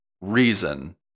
reason